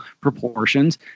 proportions